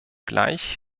gleich